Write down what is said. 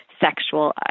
sexual